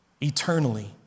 eternally